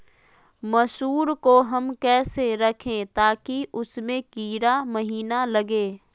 मसूर को हम कैसे रखे ताकि उसमे कीड़ा महिना लगे?